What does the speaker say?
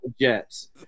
Jets